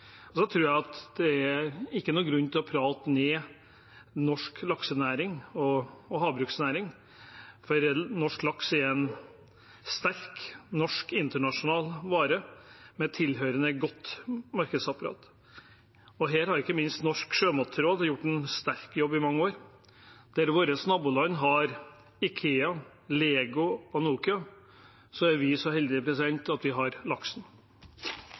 tror ikke det er noen grunn til å prate ned norsk laksenæring og havbruksnæring, for norsk laks er en sterk norsk internasjonal vare med tilhørende godt markedsapparat. Her har ikke minst Norges sjømatråd gjort en sterk jobb i mange år. Der våre naboland har IKEA, LEGO og Nokia, er vi så heldige at vi har laksen.